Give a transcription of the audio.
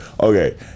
okay